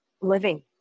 living